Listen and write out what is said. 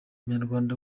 umunyarwanda